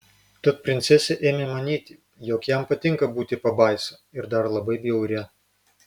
tad princesė ėmė manyti jog jam patinka būti pabaisa ir dar labai bjauria